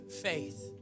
faith